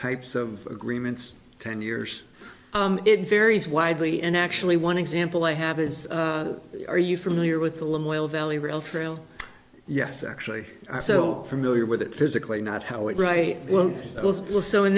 types of agreements ten years it varies widely and actually one example i have is are you familiar with the lim well valley rail trail yes actually i so familiar with it physically not how it right well also in